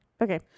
okay